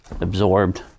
absorbed